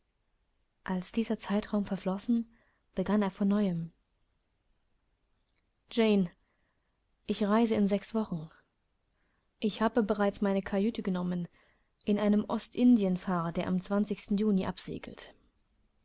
als dieser zeitraum verflossen begann er von neuem jane ich reise in sechs wochen ich habe bereits meine kajüte genommen in einem ostindienfahrer der am zwanzigsten juni absegelt